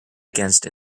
against